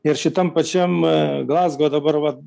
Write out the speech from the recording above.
ir šitam pačiame glazgo dabar vat